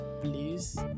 Please